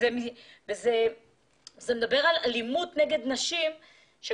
זו אלימות כלפי נשים.